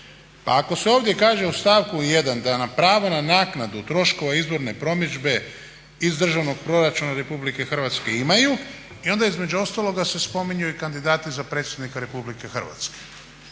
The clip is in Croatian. Pa ako se ovdje kaže u stavku 1. da prava na naknadu troškova izborne promidžbe iz državnog proračuna Republike Hrvatske imaju i onda između ostaloga se spominju i kandidati za predsjednika Republike Hrvatske.